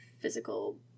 physical